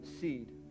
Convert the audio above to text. seed